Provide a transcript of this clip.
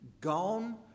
gone